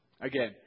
Again